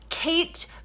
Kate